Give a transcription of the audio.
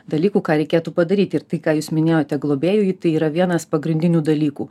dalykų ką reikėtų padaryti ir tai ką jūs minėjote globėjui tai yra vienas pagrindinių dalykų